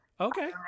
Okay